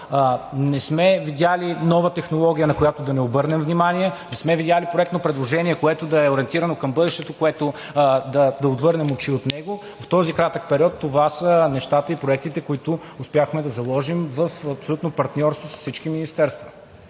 не сме видели нова технология, на която да не обърнем внимание, не сме видели проектно предложение, което да е ориентирано към бъдещето, от което да отвърнем очи, а в този кратък период това са нещата и проектите, които успяхме да заложим в абсолютно партньорство с всички министерства.